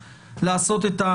לעשות.